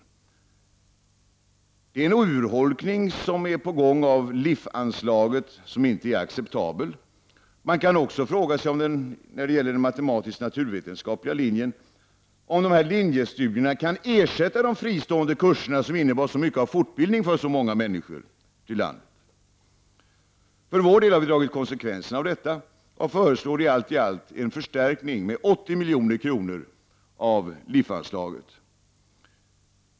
Det är på gång en urholkning av LIF anslaget som inte är acceptabel. När det gäller den matematisk-naturvetenskapliga linjen kan man också fråga sig om dessa linjestudier kan ersätta de fristående kurserna, som innebar mycket av fortbildning för många människor ute i landet. Vi moderater har för vår del dragit konsekvensen av detta och föreslår allt i allt en förstärkning av LIF-anslaget med 80 milj.kr.